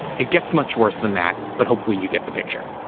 it gets much worse than that, but hopefully you get the picture.